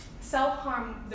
self-harm